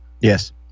Yes